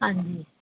ਹਾਂਜੀ